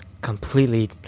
completely